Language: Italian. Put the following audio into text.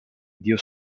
dio